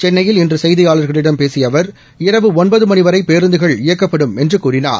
சென்னையில் இன்று செய்தியாளர்களிடம் பேசிய அவர் இரவு ஒன்பது மணி வரை பேருந்துகள் இயக்கப்படும் என்று கூறினார்